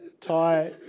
tie